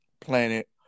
Planet